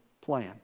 plan